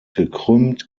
gekrümmt